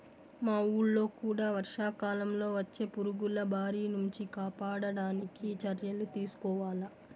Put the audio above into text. మా వూళ్ళో కూడా వర్షాకాలంలో వచ్చే పురుగుల బారి నుంచి కాపాడడానికి చర్యలు తీసుకోవాల